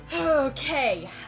Okay